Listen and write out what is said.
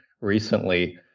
recently